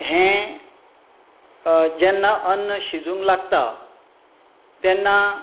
हें जेन्ना अन्न शिजूंक लागता तेन्ना